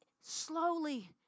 slowly